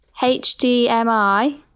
HDMI